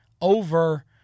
over